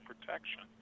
protection